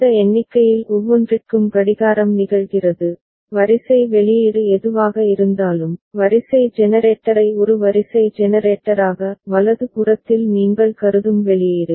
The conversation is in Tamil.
இந்த எண்ணிக்கையில் ஒவ்வொன்றிற்கும் கடிகாரம் நிகழ்கிறது வரிசை வெளியீடு எதுவாக இருந்தாலும் வரிசை ஜெனரேட்டரை ஒரு வரிசை ஜெனரேட்டராக வலது புறத்தில் நீங்கள் கருதும் வெளியீடு